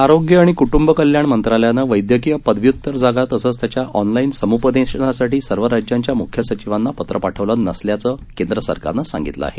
आरोग्य आणि कुटुंब कल्याण मंत्रालयानं वैद्यकीय पदव्युत्तर जागा तसंच त्याच्या ऑनलाईन समूपदेशनासाठी सर्व राज्यांच्या मुख्य सचिवांना पत्र पाठवलं नसल्याचं केंद्र सरकारनं सांगितलं आहे